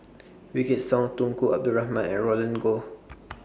Wykidd Song Tunku Abdul Rahman and Roland Goh